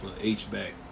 H-back